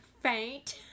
faint